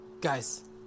Guys